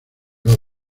los